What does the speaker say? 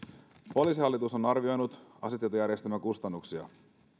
poliisihallitus on arvioinut asetietojärjestelmän kustannuksia